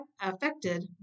affected